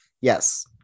yes